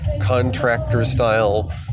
contractor-style